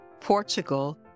Portugal